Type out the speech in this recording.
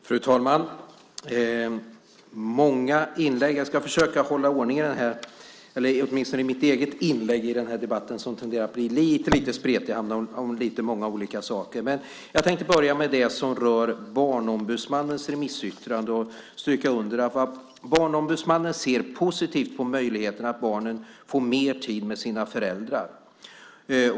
Fru talman! Det var många inlägg. Jag ska försöka hålla ordning åtminstone i mitt eget inlägg i debatten som tenderar att bli lite spretig. Det handlar om lite många olika saker. Jag tänkte börja med det som rör Barnombudsmannens remissyttrande. Barnombudsmannen ser positivt på möjligheten att barnen får mer tid med sina föräldrar.